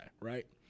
right